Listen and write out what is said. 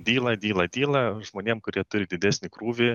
dyla dyla dyla žmonėm kurie turi didesnį krūvį